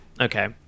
Okay